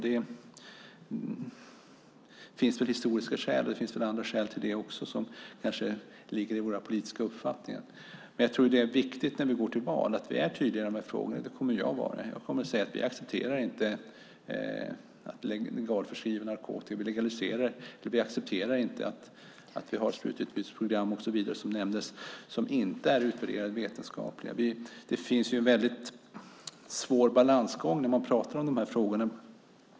Det finns historiska skäl och andra skäl till det som kanske ligger i våra politiska uppfattningar. Men när vi går till val tror jag att det är viktigt att vi är tydliga i dessa frågor. Det kommer jag att vara. Jag kommer att säga att vi inte accepterar legal förskrivning av narkotika och att vi inte accepterar sprututbytesprogram och så vidare som nämndes men som inte är vetenskapligt utvärderat. Det finns en mycket svår balansgång när man pratar om dessa frågor.